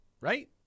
Right